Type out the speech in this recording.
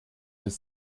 des